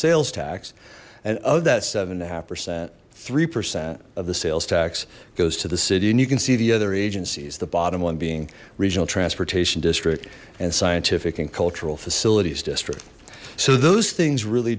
sales tax and of that seven and a half percent three percent of the sales tax goes to the city and you can see the other agencies the bottom one being regional transportation district and scientific and cultural facilities district so those things really